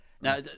Now